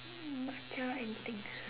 matcha anything